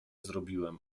zrobiłem